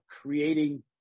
creating